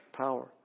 power